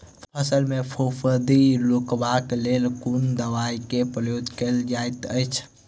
फसल मे फफूंदी रुकबाक लेल कुन दवाई केँ प्रयोग कैल जाइत अछि?